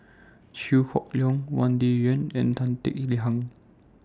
Chew Hock Leong Wang Dayuan and Tan Kek Hiang